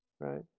right